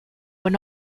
were